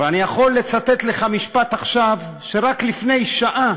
אבל אני יכול לצטט לך עכשיו משפט שרק לפני שעה